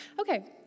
Okay